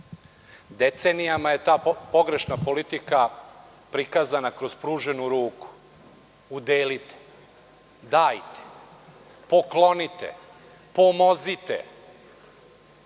Decenijama je ta pogrešna politika prikazana kroz pruženu ruku, udelite, dajte, poklonite, pomozite.